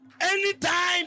Anytime